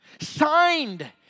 signed